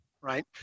right